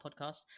podcast